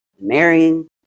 marrying